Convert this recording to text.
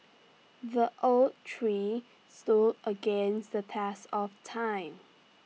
the oak tree stood against the test of time